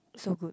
so good